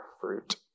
Fruit